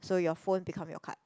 so your phone become your card